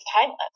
timeless